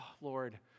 Lord